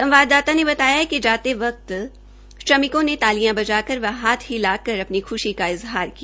संवाददाता ने बताया कि जाते वक्त श्रमिकों ने तालियां बजाकर व हाथ हिला कर अपनी ख्शी का इज़हार किया